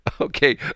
Okay